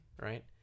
right